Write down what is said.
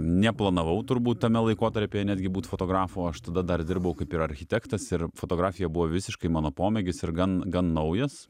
neplanavau turbūt tame laikotarpyje netgi būt fotografu aš tada dar dirbau kaip ir architektas ir fotografija buvo visiškai mano pomėgis ir gan gan naujas